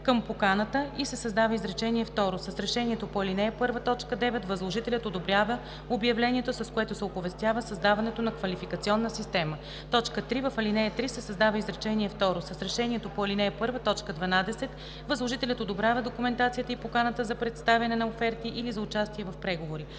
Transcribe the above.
„към поканата“ и се създава изречение второ: „С решението по ал. 1, т. 9 възложителят одобрява обявлението, с което се оповестява създаването на квалификационна система.“ 3. В ал. 3 се създава изречение второ: „С решението по ал. 1, т. 12 възложителят одобрява документацията и поканата за представяне на оферти или за участие в преговори.“